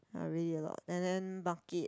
ah really a lot and then market